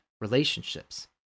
relationships